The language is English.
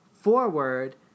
forward